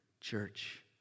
church